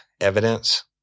evidence